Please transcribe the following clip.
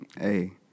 hey